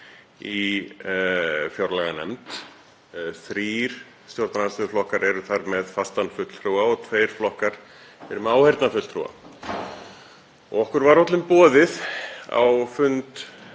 í fjárlaganefnd. Þrír stjórnarandstöðuflokkar eru þar með fastan fulltrúa og tveir flokkar eru með áheyrnarfulltrúa. Okkur var öllum boðið á fund